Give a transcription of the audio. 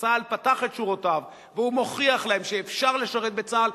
שצה"ל פתח את שורותיו והוא מוכיח להם שאפשר לשרת בצה"ל,